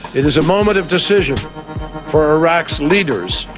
it is a moment of decision for iraq's leaders.